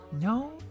No